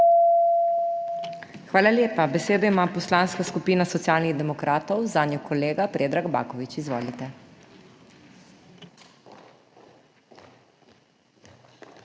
Hvala lepa. Besedo ima Poslanska skupina Socialnih demokratov, zanjo kolega Predrag Baković. Izvolite.